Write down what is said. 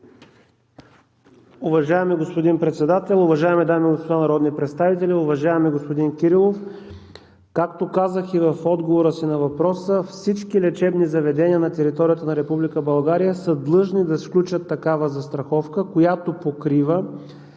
Уважаеми господин Председател, уважаеми дами и господа народни представители! Уважаеми господин Кирилов, както казах и в отговора си на въпроса, всички лечебни заведения на територията на Република България са длъжни да сключат такава застраховка, която покрива